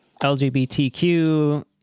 LGBTQ